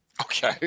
okay